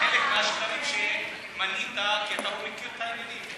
חלק מהשקרים שמנית זה כי אתה לא מכיר את העניינים.